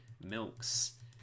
milks